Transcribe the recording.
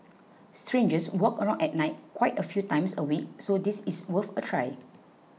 strangers walk around at night quite a few times a week so this is worth a try